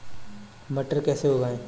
मटर कैसे उगाएं?